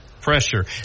pressure